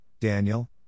Daniel